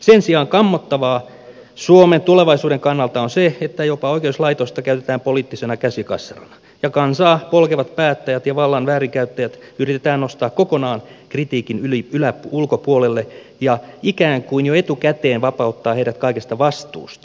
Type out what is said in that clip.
sen sijaan kammottavaa suomen tulevaisuuden kannalta on se että jopa oikeuslaitosta käytetään poliittisena käsikassarana ja kansaa polkevat päättäjät ja vallan väärinkäyttäjät yritetään nostaa kokonaan kritiikin ulkopuolelle ja ikään kuin jo etukäteen vapauttaa heidät kaikesta vastuusta